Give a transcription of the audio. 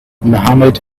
mohammed